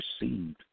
received